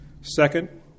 Second